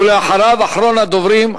אחריו, אחרון הדוברים,